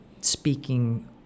speaking